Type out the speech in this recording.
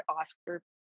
Oscar